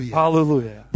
hallelujah